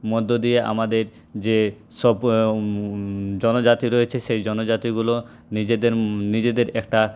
মধ্য দিয়ে আমাদের যেসব জনজাতি রয়েছে সেই জনজাতিগুলো নিজেদের নিজেদের একটা